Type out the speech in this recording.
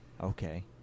Okay